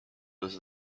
was